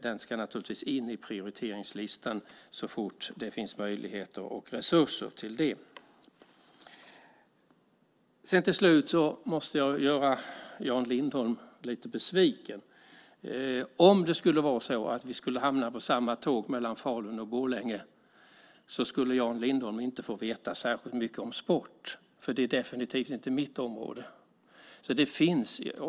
Den ska naturligtvis in på prioriteringslistan så fort det finns möjligheter och resurser till det. Jag måste till slut göra Jan Lindholm lite besviken. Om det skulle vara så att vi skulle hamna på samma tåg mellan Falun och Borlänge skulle Jan Lindholm inte få veta särskilt mycket om sport, eftersom det definitivt inte är mitt område.